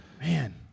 Man